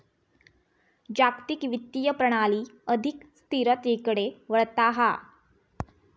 जागतिक वित्तीय प्रणाली अधिक स्थिरतेकडे वळता हा